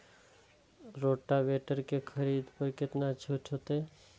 Rotavator के खरीद पर केतना छूट होते?